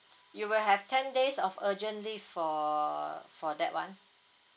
you will have ten days of urgent leave for for that one